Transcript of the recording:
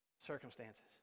circumstances